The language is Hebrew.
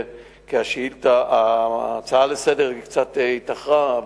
ההצעה לסדר-היום קצת התאחרה,